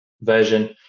version